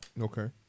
Okay